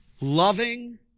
loving